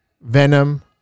Venom